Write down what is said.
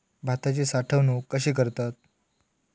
भाताची साठवूनक कशी करतत?